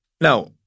Now